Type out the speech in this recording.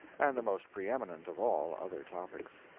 and the most pre-eminent of all other topics.